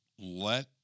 let